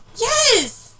Yes